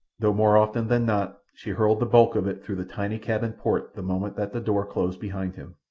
though more often than not she hurled the bulk of it through the tiny cabin port the moment that the door closed behind him.